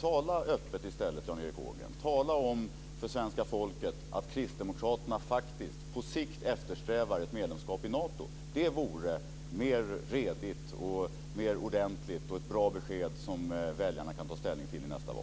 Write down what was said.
Tala öppet i stället, Jan Erik Ågren. Tala om för svenska folket att kristdemokraterna faktiskt på sikt eftersträvar ett medlemskap i Nato. Det vore mer redigt och mer ordentligt, och det vore ett bra besked som väljarna kan ta ställning till i nästa val.